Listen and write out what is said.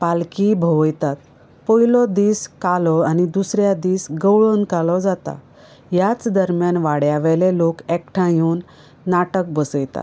पालखी भोंवयतात पयलो दीस कालो आनी दुसऱ्या दीस गवळण कालो जाता ह्याच दरम्यान वाड्यावेले लोक एकठांय येवन नाटक बसयतात